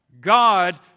God